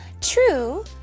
True